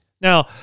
Now